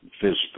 Physical